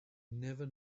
never